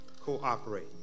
cooperate